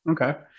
okay